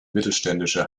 mittelständische